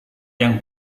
yang